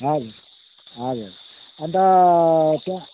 हजुर हजुर अन्त त्यहाँ